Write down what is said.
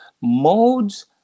modes